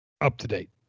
up-to-date